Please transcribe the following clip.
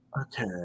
Okay